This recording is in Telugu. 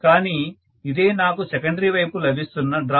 కానీ ఇదే నాకు సెకండరీ వైపు లభిస్తున్న డ్రాప్